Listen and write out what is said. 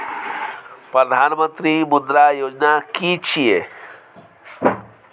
प्रधानमंत्री मुद्रा योजना कि छिए?